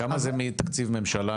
כמה זה מתקציב ממשלה?